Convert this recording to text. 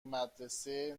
مدرسه